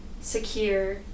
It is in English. secure